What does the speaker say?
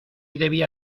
debía